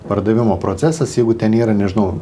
pardavimo procesas jeigu ten yra nežinau